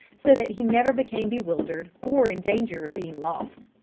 so that he never became bewildered, or in danger of being lost.